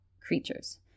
creatures